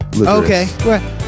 Okay